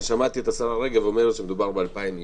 אני שמעתי השרה רגב אומרת שמדובר ב-2,000 אנשים.